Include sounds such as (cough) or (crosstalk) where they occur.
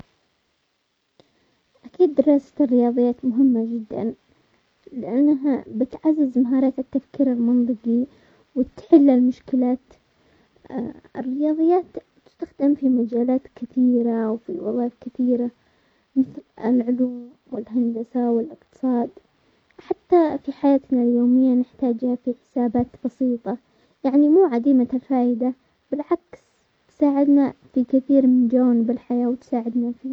اكيد دراسة الرياضيات مهمة جدا، لانها بتعزز مهارات التفكير المنطقي وتحل المشكلات، (hesitation) الرياضيات تستخدم في مجالات كثيرة وفي وظائف كثيرة، مثل العلوم والهندسة والاقتصاد، حتى في حياتنا اليومية نحتاجها في حسابات بسيطة، يعني مو عديمة الفائدة بالعكس تساعدنا في كثير من جوانب الحياة وتساعدنا في.